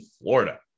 Florida